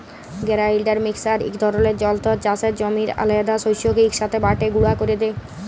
grinder mixer ইক ধরলের যল্তর চাষের জমির আলহেদা শস্যকে ইকসাথে বাঁটে গুঁড়া ক্যরে দেই